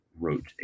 Wrote